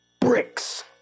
bricks